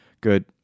Good